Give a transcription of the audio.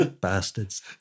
bastards